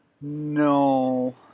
No